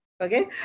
Okay